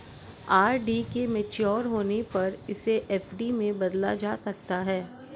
RD के mature होने पर इसे एफ.डी में बदला जा सकता है